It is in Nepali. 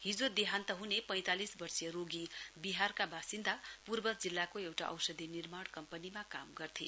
हाजो देहान्त हुने पैंतालिस वर्षिय रोगी बिहारका वासिन्दा पूर्व जिल्लाको एउटा औषधि निर्माण कम्पनीमा काम गर्थै